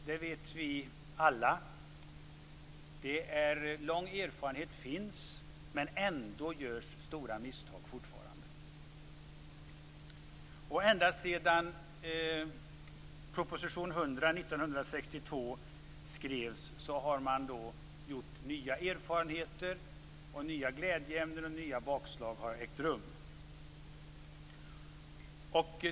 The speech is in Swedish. Det vet vi alla. Lång erfarenhet finns, men ändå görs fortfarande stora misstag. Ända sedan proposition 100 skrevs 1962 har man gjort nya erfarenheter, och nya glädjeämnen och nya bakslag har ägt rum.